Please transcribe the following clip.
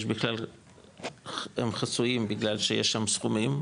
יש בכלל הם חסויים בגלל שיש שם סכומים,